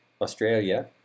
Australia